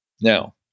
Now